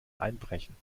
einbrechen